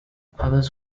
others